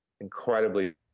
incredibly